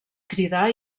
cridar